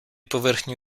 поверхню